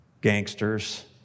gangsters